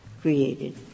created